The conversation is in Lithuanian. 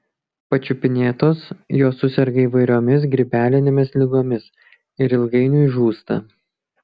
pačiupinėtos jos suserga įvairiomis grybelinėmis ligomis ir ilgainiui žūsta